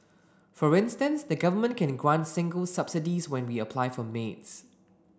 for instance the Government can grant singles subsidies when we apply for maids